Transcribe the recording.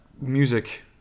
music